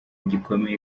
gikomeye